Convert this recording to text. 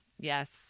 Yes